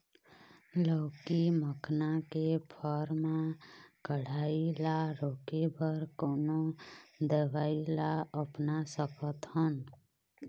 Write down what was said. लाउकी मखना के फर मा कढ़ाई ला रोके बर कोन दवई ला अपना सकथन?